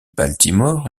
baltimore